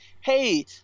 hey